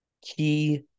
key